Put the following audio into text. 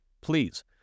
Please